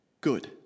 good